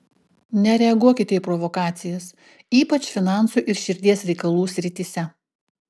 nereaguokite į provokacijas ypač finansų ir širdies reikalų srityse